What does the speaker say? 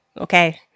Okay